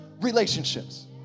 relationships